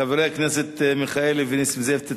חברי הכנסת מיכאלי ונסים זאב, תתכוננו.